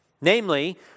Namely